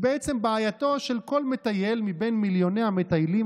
היא בעצם בעייתו של כל מטייל ממיליוני המטיילים